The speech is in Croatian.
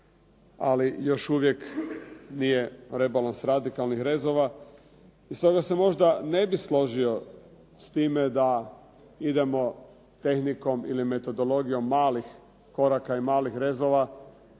ali još uvijek nije rebalans radikalnih rezova. I stoga se možda ne bi složio s time da idemo tehnikom ili metodologijom malih koraka i malih rezova.